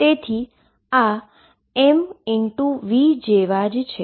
તેથી આ m v જેવા છે